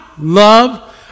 love